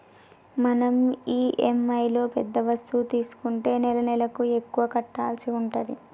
మనం ఇఎమ్ఐలో పెద్ద వస్తువు తీసుకుంటే నెలనెలకు ఎక్కువ కట్టాల్సి ఉంటది